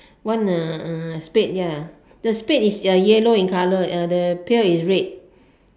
one uh uh spade ya the spade is yellow in colour uh the pail is red